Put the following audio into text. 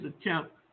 attempt